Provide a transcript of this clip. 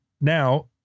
now